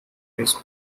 his